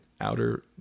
outer